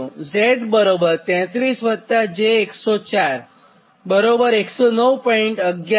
તો Z 33 j104 109